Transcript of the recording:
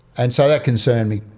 and so that concerned me.